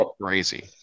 crazy